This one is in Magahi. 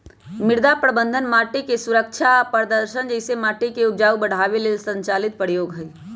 मृदा प्रबन्धन माटिके सुरक्षा आ प्रदर्शन जइसे माटिके उपजाऊ बढ़ाबे लेल संचालित प्रयोग हई